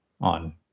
on